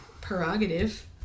prerogative